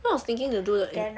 when I was thinking to do again